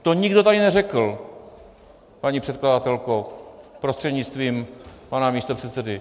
To nikdo tady neřekl, paní předkladatelko prostřednictvím pana místopředsedy.